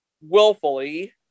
willfully